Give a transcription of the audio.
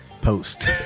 Post